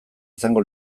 izango